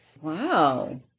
Wow